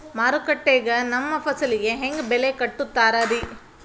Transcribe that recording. ಮಾರುಕಟ್ಟೆ ಗ ನಮ್ಮ ಫಸಲಿಗೆ ಹೆಂಗ್ ಬೆಲೆ ಕಟ್ಟುತ್ತಾರ ರಿ?